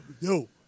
no